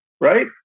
right